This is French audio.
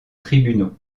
tribunaux